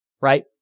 right